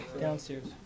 downstairs